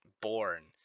born